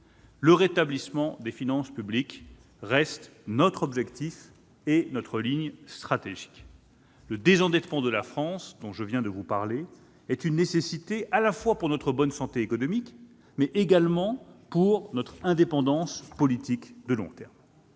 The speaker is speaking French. Le rétablissement des finances publiques reste notre objectif et notre ligne stratégique. Le désendettement de la France, dont je viens de parler, est une nécessité à la fois pour notre bonne santé économique et pour notre indépendance politique de long terme.